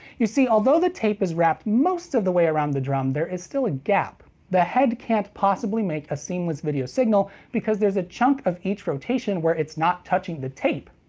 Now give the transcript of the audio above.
you see, although the tape is wrapped most of the way around the drum, there is still a gap. the head can't possibly make a seamless video signal because there's a chunk of each rotation where it's not touching the tape!